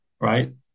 right